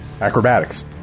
Acrobatics